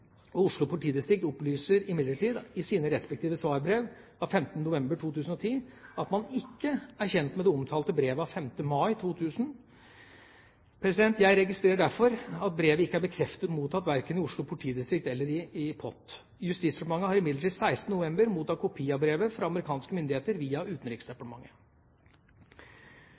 og Oslo politidistrikt opplyser imidlertid i sine respektive svarbrev av 15. november 2010 at man ikke er kjent med det omtalte brevet av 5. mai 2000. Jeg registrerer derfor at brevet ikke er bekreftet mottatt verken i Oslo politidistrikt eller i POT. Justisdepartementet har imidlertid 16. november mottatt kopi av brevet fra amerikanske myndigheter via Utenriksdepartementet.